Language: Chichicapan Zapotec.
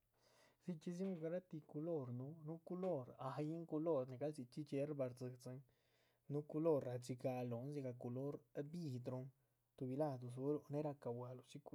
Dzichxídzi garatih culor núhu, núh culor ahyín culor nigal dzichxí dxiérbah rdzidzín núh culor radxigaluh lóhon, dzigah culor vidruhun tuhbi ladu dzuluh néh racabualuh shi